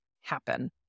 happen